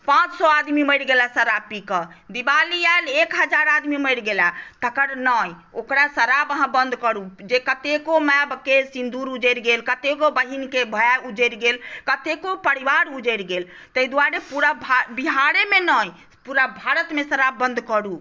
पाँच सए आदमी मरि गेल शराब पी कऽ दिवाली आयल एक हजार आदमी मरि गेलाह तकर नहि ओकरा शराब अहाँ बन्द करु जे कतेको मायकेँ सिन्दुर उजरि गेल कतेको बहिनकेँ भाय उजड़ि गेल कतेको परिवार उजड़ि गेल ताहि दुआरे पुरा बिहारेमे नहि पुरा भारतमे शराब बन्द करु